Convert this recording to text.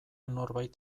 norbait